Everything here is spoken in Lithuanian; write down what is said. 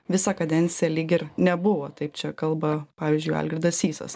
visą kadenciją lyg ir nebuvo taip čia kalba pavyzdžiui algirdas sysas